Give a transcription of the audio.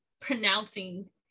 pronouncing